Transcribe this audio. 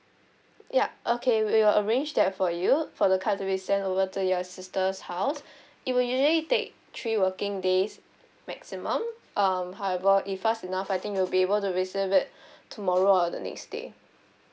yup okay we'll arrange that for you for the card to be sent over to your sister's house it will usually take three working days maximum um however if fast enough I think you'll be able to receive it tomorrow or the next day